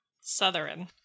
Southern